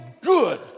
good